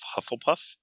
Hufflepuff